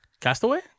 Castaway